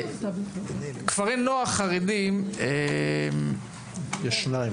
כפרי נוער חרדיים יש שניים